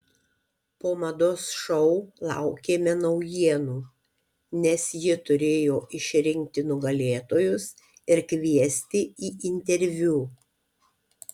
po mados šou laukėme naujienų nes ji turėjo išrinkti nugalėtojus ir kviesti į interviu